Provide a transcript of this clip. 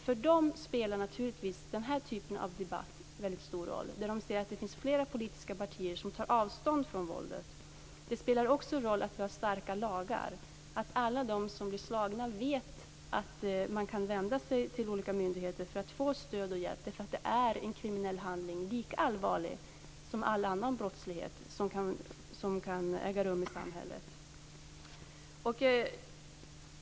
För dem spelar naturligtvis den här typen av debatt väldigt stor roll. Här ser de att det finns flera politiska partier som tar avstånd från våldet. Det spelar också roll att vi har starka lagar, att alla de som blir slagna vet att man kan vända sig till olika myndigheter för att få stöd och hjälp. Det här handlar ju om en kriminell handling som är lika allvarlig som all annan brottslighet som kan äga rum i samhället.